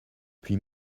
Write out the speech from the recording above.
puis